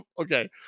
Okay